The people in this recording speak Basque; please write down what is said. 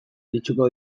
iritsiko